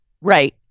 right